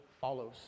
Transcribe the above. follows